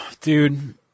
Dude